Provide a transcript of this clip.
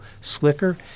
slicker